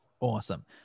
Awesome